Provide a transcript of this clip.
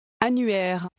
annuaire